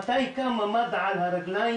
מתי קמה מד"א על על הרגליים,